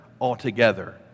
altogether